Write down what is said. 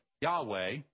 Yahweh